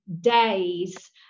days